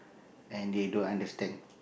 and they don't understand